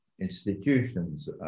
institutions